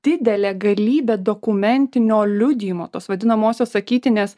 didelė galybė dokumentinio liudijimo tos vadinamosios sakytinės